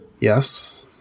Yes